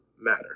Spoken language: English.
matter